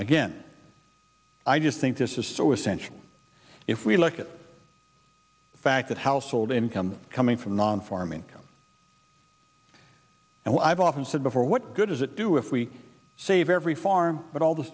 again i just think this is so essential if we look at the fact that household income coming from non farm income and i've often said before what good does it do if we save every farm but all the